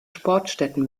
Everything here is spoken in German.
sportstätten